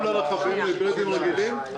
גם לרכבים היברידיים רגילים?